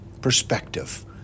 perspective